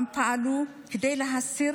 גם הם פעלו כדי להסיר